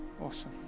Awesome